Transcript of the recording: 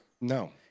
No